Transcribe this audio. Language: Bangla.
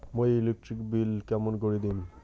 মুই ইলেকট্রিক বিল কেমন করি দিম?